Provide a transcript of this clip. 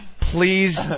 please